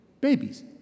babies